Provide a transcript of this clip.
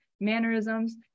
mannerisms